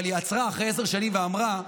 אבל היא עצרה אחרי עשר שנים ואמרה,